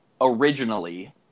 originally